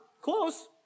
close